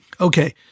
Okay